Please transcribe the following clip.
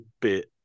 bit